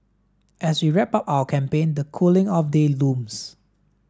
as we wrap up our campaign the cooling off day looms